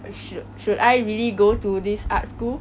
I should should I really go to this art school